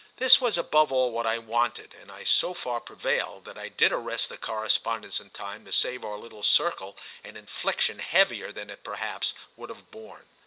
this was above all what i wanted, and i so far prevailed that i did arrest the correspondence in time to save our little circle an infliction heavier than it perhaps would have borne.